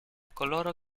coloro